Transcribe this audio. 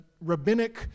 rabbinic